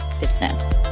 business